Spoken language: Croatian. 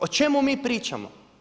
O čemu mi pričamo?